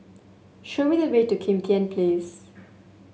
show me the way to Kim Tian Place